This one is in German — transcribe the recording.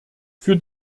für